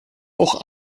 auch